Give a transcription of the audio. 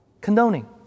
condoning